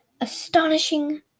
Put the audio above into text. astonishing